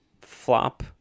flop